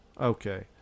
Okay